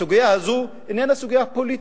הסוגיה הזו איננה סוגיה פוליטית.